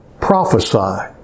prophesy